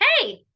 Hey